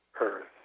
earth